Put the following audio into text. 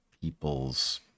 people's